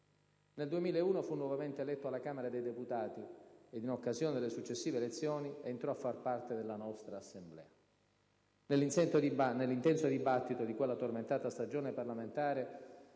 Nel 2001 fu nuovamente eletto alla Camera dei deputati, ed in occasione delle successive elezioni entrò a far parte della nostra Assemblea. Nell'intenso dibattito di quella tormentata stagione parlamentare